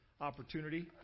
opportunity